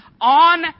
on